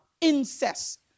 incest